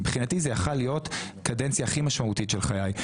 מבחינתי זאת הייתה יכולה להיות קדנציה הכי משמעותית של חיי.